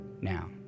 now